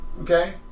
okay